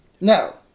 No